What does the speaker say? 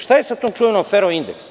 Šta je sa tom čuvenom „Aferom indeks“